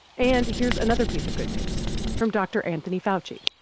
and here's another piece of good news from dr. anthony fauci,